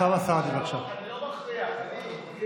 אני לא מכריח, אוסאמה סעדי, בבקשה.